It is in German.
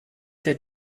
der